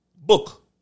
book